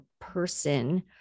person